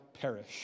perish